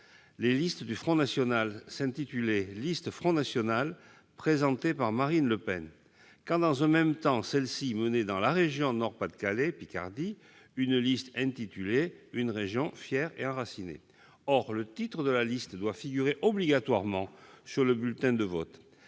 les listes du Front national s'intitulaient « Liste Front national présentée par Marine Le Pen », quand, dans un même temps, celle-ci menait dans la région Nord-Pas-de-Calais-Picardie une liste intitulée « Une région fière et enracinée ». Or le titre de la liste doit figurer obligatoirement sur le bulletin de vote.